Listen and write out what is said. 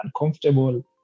uncomfortable